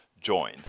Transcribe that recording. join